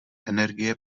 energie